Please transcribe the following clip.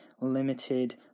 limited